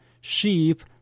sheep